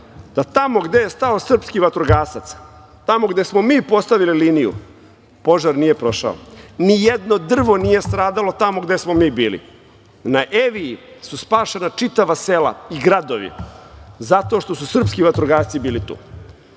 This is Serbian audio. da tamo gde je stao srpski vatrogasac, tamo gde smo mi postavili liniju, požar nije prošao. Ni jedno drvo nije stradalo tamo gde smo mi bili. Na Eviji su spašena čitava sela i gradovi zato što su srpski vatrogasci bili